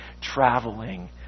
traveling